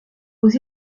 aux